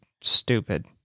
stupid